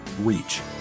reach